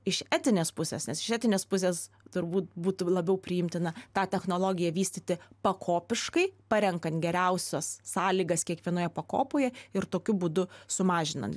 iš etinės pusės nes iš etinės pusės turbūt būtų labiau priimtina tą technologiją vystyti pakopiškai parenkant geriausias sąlygas kiekvienoje pakopoje ir tokiu būdu sumažinant